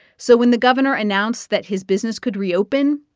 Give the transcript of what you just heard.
so when the governor announced that his business could reopen,